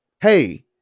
Hey